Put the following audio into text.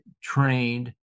trained